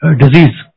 disease